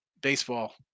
baseball